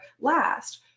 last